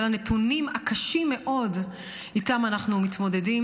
הנתונים הקשים מאוד שאיתם אנחנו מתמודדים.